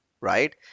right